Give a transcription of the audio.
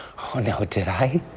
no. did i?